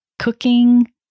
cooking